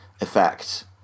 effect